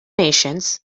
nations